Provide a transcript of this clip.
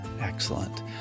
Excellent